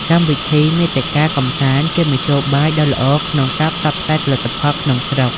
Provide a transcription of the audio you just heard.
កម្មវិធី មាតិកាកម្សាន្តជាមធ្យោបាយដ៏ល្អក្នុងការ ផ្សព្វផ្សាយផលិតផល ក្នុងស្រុក។